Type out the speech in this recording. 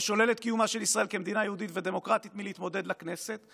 שולל את קיומה של ישראל כמדינה יהודית ודמוקרטית להתמודד לכנסת.